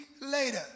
later